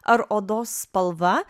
ar odos spalva